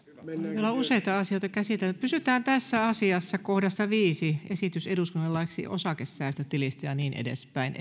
on useita asioita käsiteltävänä pysytään tässä asiassa kohdassa viisi esitys eduskunnan laiksi osakesäästötilistä ja niin edespäin